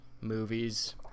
movies